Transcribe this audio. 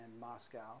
Moscow